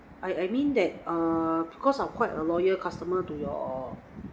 I I mean that uh because I quite a loyal customer to your